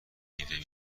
میوه